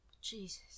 Jesus